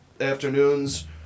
afternoons